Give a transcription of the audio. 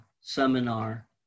seminar